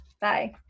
bye